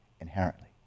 inherently